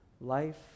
life